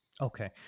Okay